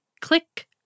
click